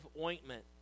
ointment